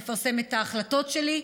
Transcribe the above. נפרסם את ההחלטות שלי,